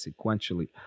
sequentially